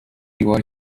دیوار